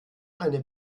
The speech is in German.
eine